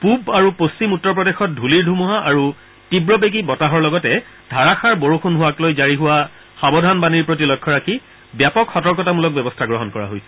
পূব আৰু পশ্চিম উত্তৰ প্ৰদেশত ধূলিৰ ধুমূহা আৰু তীৱবেগী বতাহৰ লগতে ধাৰাসাৰ বৰষুণ হোৱাক লৈ জাৰি হোৱা সাৱধানবাণীৰ প্ৰতি লক্ষ্য ৰাখি ব্যাপক সতৰ্কতামূলক ব্যৱস্থা গ্ৰহণ কৰা হৈছে